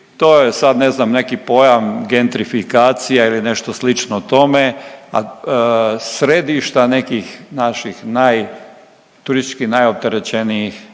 to je sad, ne znam, neki pojam gentrifikacija ili nešto slično tome, a središta nekih naših naj, turistički najopterećenijih